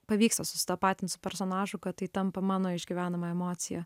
pavyksta susitapatinti su personažų kad tai tampa mano išgyvenama emocija